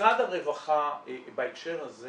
משרד הרווחה בהקשר הזה